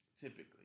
Typically